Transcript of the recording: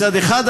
מצד אחד,